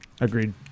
Agreed